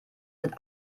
sind